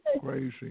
Crazy